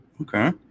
Okay